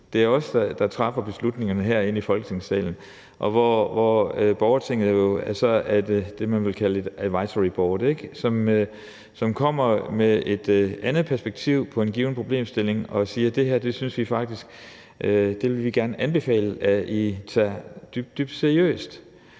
det er os, der træffer beslutningerne herinde i Folketingssalen, og at borgertinget så er det, man vil kalde et advisory board, som kommer med et andet perspektiv på en given problemstilling og siger: Det her vil vi gerne anbefale I tager dybt seriøst.